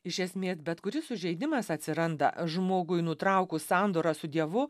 iš esmės bet kuris sužeidimas atsiranda žmogui nutraukus sandorą su dievu